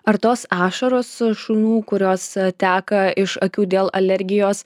ar tos ašaros šunų kurios teka iš akių dėl alergijos